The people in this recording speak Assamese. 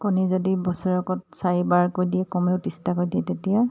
কণী যদি বছৰেকত চাৰিবাৰকৈ দিয়ে কমেও ত্ৰিছটাকৈ দিয়ে তেতিয়া